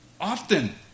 often